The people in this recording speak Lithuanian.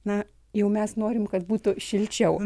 na jau mes norim kad būtų šilčiau